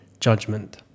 judgment